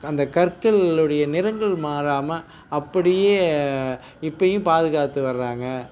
அந்த கற்கள் உடைய நிறங்கள் மாறாமல் அப்படியே இப்பவும் பாதுகாத்து வர்றாங்கள்